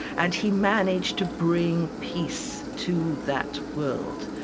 and he managed to bring peace to that world,